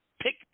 pick